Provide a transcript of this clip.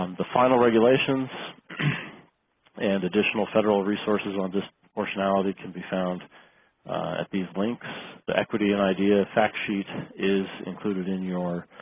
um the final regulations and additional federal resources on disproportionality can be found at these links. the equity and idea fact sheet is included in your